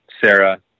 Sarah